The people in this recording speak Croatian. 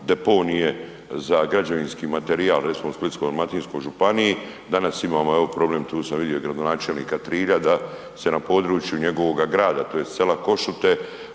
deponije za građevinski materijal recimo u Splitsko-dalmatinskoj županiji. Danas imamo evo problem, tu sam vidio gradonačelnika Trilja da se na području njegovoga grada tj. sela Košute